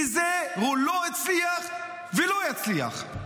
בזה הוא לא הצליח ולא יצליח.